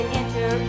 enter